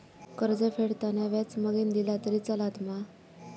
कर्ज फेडताना व्याज मगेन दिला तरी चलात मा?